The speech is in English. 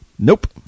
Nope